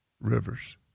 rivers